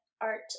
art